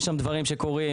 יש שם דברים שקורים,